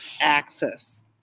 access